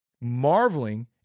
marveling